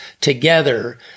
together